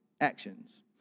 actions